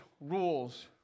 rules